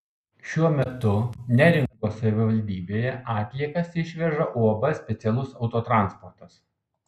šiuo metu neringos savivaldybėje atliekas išveža uab specialus autotransportas